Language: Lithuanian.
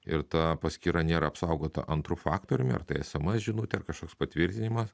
ir ta paskyra nėra apsaugota antru faktoriumi ar tai sms žinutė ar kažkoks patvirtinimas